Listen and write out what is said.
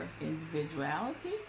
individuality